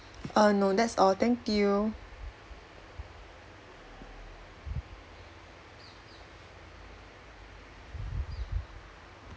err no that's all thank you